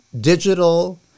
digital